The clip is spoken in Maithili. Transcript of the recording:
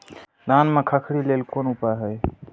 धान में खखरी लेल कोन उपाय हय?